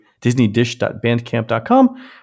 disneydish.bandcamp.com